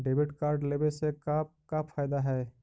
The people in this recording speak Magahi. डेबिट कार्ड लेवे से का का फायदा है?